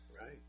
Right